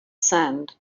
sand